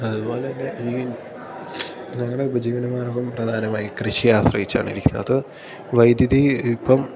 അതുപോലെതന്നെ ഈ ഞങ്ങളുടെ ഉപജീവനമാർഗ്ഗം പ്രധാനമായി കൃഷിയെ ആശ്രയിച്ചാണിരിക്കുന്നത് വൈദ്യുതി ഇപ്പോള്